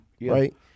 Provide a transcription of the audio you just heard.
right